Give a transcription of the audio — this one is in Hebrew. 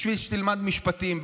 ובשביל שתלמד משפטים,